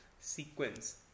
sequence